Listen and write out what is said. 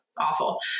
Awful